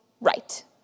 right